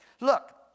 look